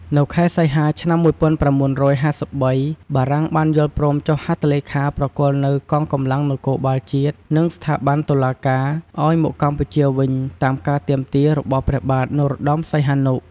នៅខែសីហា ឆ្នាំ ១៩៥៣ បារាំងបានយល់ព្រមចុះហត្ថលេខាប្រគល់នូវ កងកម្លាំងនគរបាលជាតិ និង ស្ថាប័នតុលាការ ឱ្យមកកម្ពុជាវិញ តាមការទាមទារ របស់ព្រះបាទ នរោត្តមសីហនុ ។